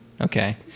Okay